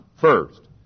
First